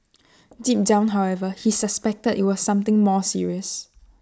deep down however he suspected IT was something more serious